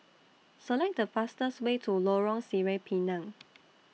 Select The fastest Way to Lorong Sireh Pinang